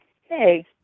Hey